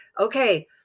Okay